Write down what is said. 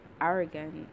arrogant